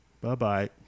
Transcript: Bye-bye